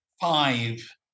five